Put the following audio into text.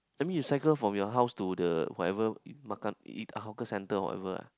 I mean you cycle from your house to the whatever makan eat hawker center whatever ah